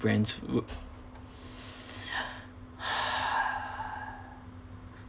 brands